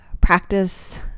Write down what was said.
practice